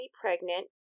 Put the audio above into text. pregnant